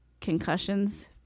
concussions